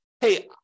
hey